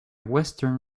western